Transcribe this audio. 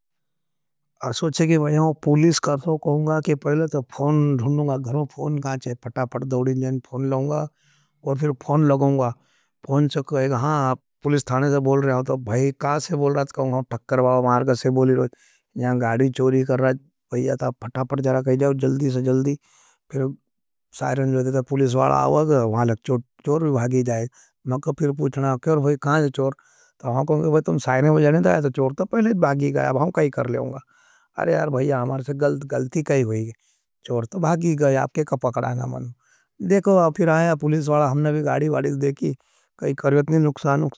पूलीस करतो कहूंगा कि पहले तो फौन ढूंढूंगा, घरों फौन कहाँ चाहे, फटापट दोड़ें जाएं, फौन लाओंगा और फिर फौन लगोंगा। फौन से कहेंगा, हाँ पूलीस थाने से बोल रहे हूं, तो भाई कासे बोल रहा था, कहूंगा, हम ठक्कर बाव म मार्गस से बोल रहे हूं। यहाँ गाड़ी चोरी कर रहा है, भाईया ता फटापट जाएं जाओं जल्दी से जल्दी, फिर साइरन जोड़ें था, पूलीस वाड़ा आओगा। वहाँ लग चोर, चोर भागी जाएं, मैं को फिर पूछना आओगा, क्यों होई, कहाँ से चो तो पहले भागी जाएं, वहाँ क्यों कर लेंगा। अरे यार भाईया, हमार से गल्त, गल्ती कही होई, चोर तो भागी जाएं, आप के का पकड़ांगा मनु, देखो फिर आया पूलीस वाड़ा, हमने भी गाड़ी वाड़ी देखी, कही करवेत नहीं नुकसा।